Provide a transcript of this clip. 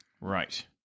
Right